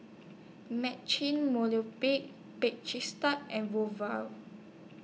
Marche Movenpick Bake Cheese Tart and